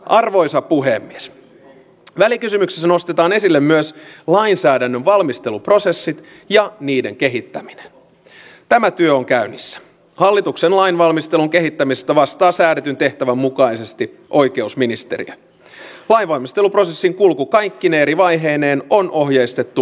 lisäksi poliisien irtisanoutumisia voi olla odotettavissa jos työssäjaksamisesta ei huolehdita ja ilmassa on käynnissä hallituksen lainvalmistelun kehittämisestä vastaa koko ajan epävarmuus oman työn jatkuvuudesta poliisien toimipisteiden ollessa lakkautusuhan alla